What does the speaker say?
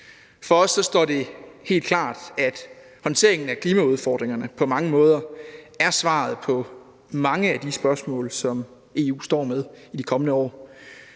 For os står det helt klart, at håndteringen af klimaudfordringerne på mange måder er svaret på mange af de spørgsmål, som EU står med i de kommende år.